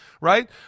right